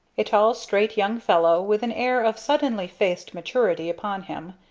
a tall, straight young fellow, with an air of suddenly-faced maturity upon him,